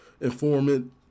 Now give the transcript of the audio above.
informant